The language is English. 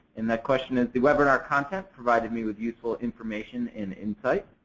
and that question is, the webinar content provided me with useful information and insight.